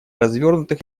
развернутых